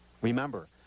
Remember